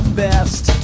best